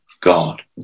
God